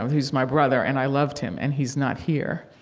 he was my brother, and i loved him. and he's not here.